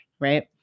right